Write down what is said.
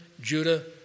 Judah